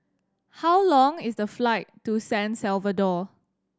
how long is the flight to San Salvador